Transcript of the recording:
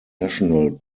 national